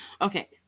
Okay